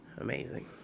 Amazing